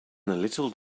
little